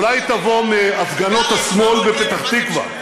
אולי היא תבוא מהפגנות השמאל בפתח תקווה.